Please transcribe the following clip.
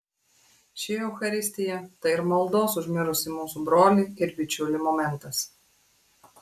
ši eucharistija tai ir maldos už mirusį mūsų brolį ir bičiulį momentas